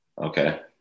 Okay